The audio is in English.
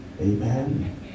Amen